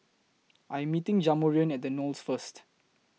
I Am meeting Jamarion At The Knolls First